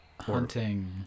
hunting